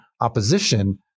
opposition